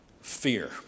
fear